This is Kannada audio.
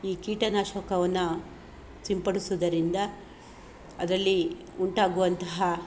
ಈ ಕೀಟನಾಶಕವನ್ನು ಸಿಂಪಡಿಸುವುದರಿಂದ ಅದರಲ್ಲಿ ಉಂಟಾಗುವಂತಹ